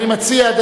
אני מציע,